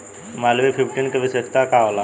Malviya fifteen के विशेषता का होला?